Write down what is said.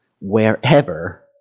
wherever